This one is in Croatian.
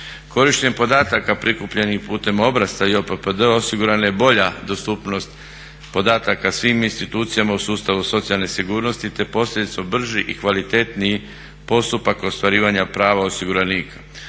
Korištenjem podataka prikupljenih putem obrasca JPPD osigurana je bolja dostupnost podataka svim institucijama u sustavu socijalne sigurnosti te … brži i kvalitetniji postupak ostvarivanja prava osiguranika.